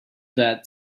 that